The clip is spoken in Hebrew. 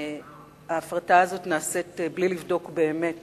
ההפרטה הזאת נעשית בלי לבדוק באמת